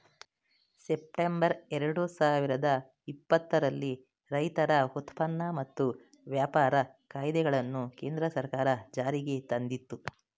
September ಎರಡು ಸಾವಿರದ ಇಪ್ಪತ್ತರಲ್ಲಿ ರೈತರ ಉತ್ಪನ್ನ ಮತ್ತು ವ್ಯಾಪಾರ ಕಾಯ್ದೆಗಳನ್ನು ಕೇಂದ್ರ ಸರ್ಕಾರ ಜಾರಿಗೆ ತಂದಿತು